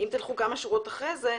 אם תלכו כמה שורות אחר כך,